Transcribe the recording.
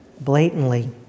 blatantly